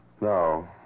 No